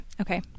Okay